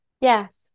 Yes